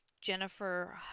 Jennifer